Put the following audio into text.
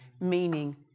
Meaning